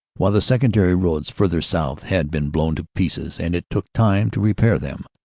while the secondary roads further south had been blown to pieces and it took time to repair them.